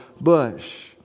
Bush